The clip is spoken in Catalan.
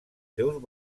seus